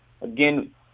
Again